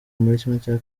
muri